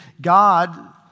God